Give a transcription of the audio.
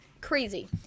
crazy